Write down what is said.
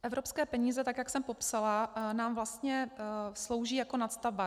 Evropské peníze, tak jak jsem popsala, nám vlastně slouží jako nadstavba.